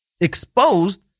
exposed